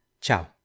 Ciao